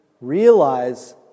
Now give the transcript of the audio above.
realize